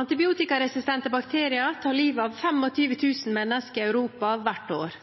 Antibiotikaresistente bakterier tar livet av 25 000 mennesker i Europa hvert år.